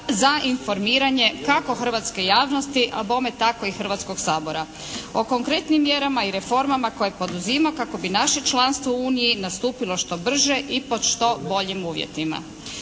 za informiranje kako hrvatske javnosti, a bome tako i Hrvatskog sabora. O konkretnim mjerama i reformama koje poduzima kako bi naše članstvo u Uniji nastupilo što brže i po što boljim uvjetima.